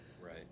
right